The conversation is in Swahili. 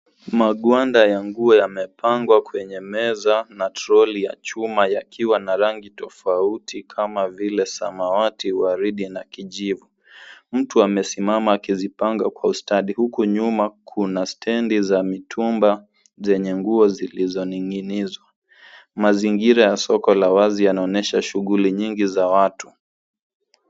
Magwanda ya nguo yamepangwa kwenye meza na troli ya chuma yakiwa na rangi tofauti kama vile samawati, waridina kijivu. Mtu amesimama akizipanga kwa ustadi, huku nyuma kuna stendi za mitumba zenye nguo zilizoning'inizwa. Mazingira ya soko la wazi yanaonyesha shughuli nyingi za watu.